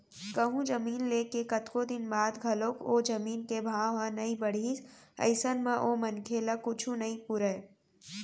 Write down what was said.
कहूँ जमीन ले के कतको दिन बाद घलोक ओ जमीन के भाव ह नइ बड़हिस अइसन म ओ मनखे ल कुछु नइ पुरय